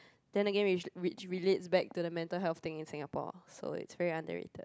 then again which which relates back to the mental health thing in Singapore so it's very underrated